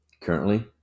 Currently